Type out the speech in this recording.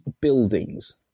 buildings